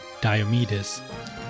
Diomedes